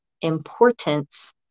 importance